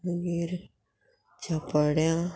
मागीर चापोड्या